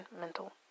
mental